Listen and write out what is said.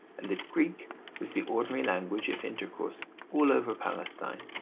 and that greek was the ordinary language of intercourse all over palestine,